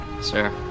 Sir